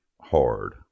hard